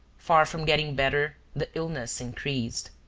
far from getting better the illness increased.